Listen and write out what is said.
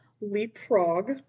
leapfrog